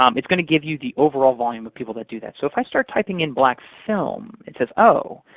um it's going to give you the overall volume of people that do that. so if i start typing in black film, it says, oh!